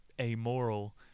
amoral